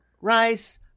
rice